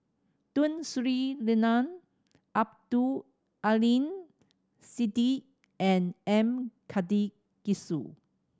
Tun Sri Lanang Abdul Aleem Siddique and M Karthigesu